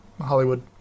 hollywood